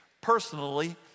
personally